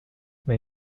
mais